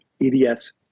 EDS